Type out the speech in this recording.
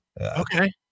Okay